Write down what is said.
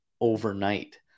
overnight